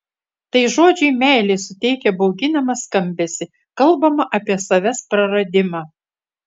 tai žodžiui meilė suteikia bauginamą skambesį kalbama apie savęs praradimą